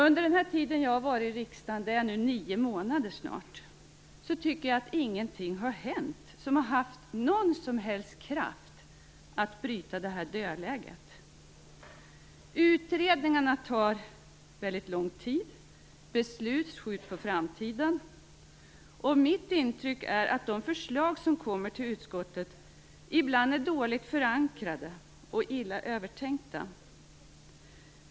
Under den tid jag har varit i riksdagen - det är nu snart nio månader - tycker jag att ingenting har hänt som har haft någon som helst kraft att bryta det här dödläget. Utredningarna tar väldigt lång tid och beslut skjuts på framtiden, och mitt intryck är att de förslag som kommer till utskottet ibland är dåligt förankrade och illa övertänkta.